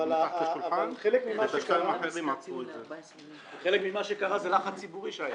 אבל חלק ממה שקרה זה לחץ ציבורי שהיה.